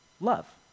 love